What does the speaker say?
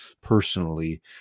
personally